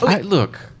look